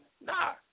Nah